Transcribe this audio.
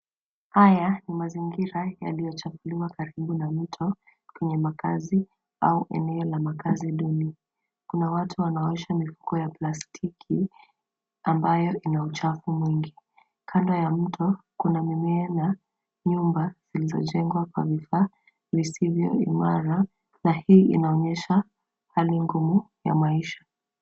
Haya ni mazingira yaliyochafuliwa karibu na mito kwenye makazi au eneo la makazi duni. Kuna watu wanaosha mifuko ya plastiki ambayo ina uchafu mwingi. Kando ya mto kuna mimea na nyumba zilizojengwa kwa vifaa visivyo imara na hii inaonyesha hali ngumu ya maisha.